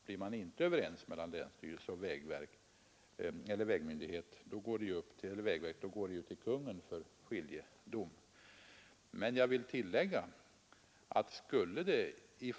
Blir länsstyrelsen och vägverket inte överens, går ärendet till Kungl. Maj:t för skiljedom. Men jag vill tillägga en sak.